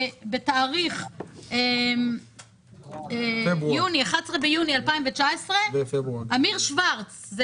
בתאריך 11 ביוני 2019. אמיר שוורץ,